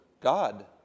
God